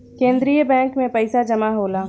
केंद्रीय बैंक में पइसा जमा होला